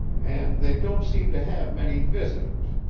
and they don't seem to have many visitors.